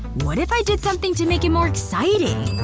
what if i did something to make it more exciting?